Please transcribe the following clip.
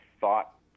thought